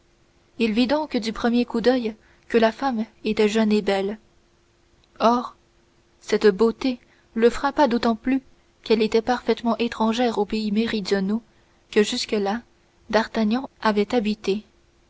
il vit donc du premier coup d'oeil que la femme était jeune et belle or cette beauté le frappa d'autant plus qu'elle était parfaitement étrangère aux pays méridionaux que jusque-là d'artagnan avait habités